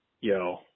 Yo